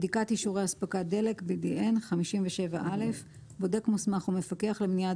"בדיקת אישורי אספקת דלק (BDN) בודק מוסמך או מפקח למניעת